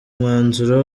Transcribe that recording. umwanzuro